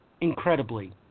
incredibly